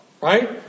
Right